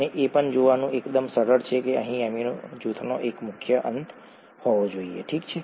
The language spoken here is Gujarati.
અને એ પણ જોવાનું એકદમ સરળ છે કે અહીં એમિનો જૂથનો એક મુક્ત અંત હોવો જોઈએ ઠીક છે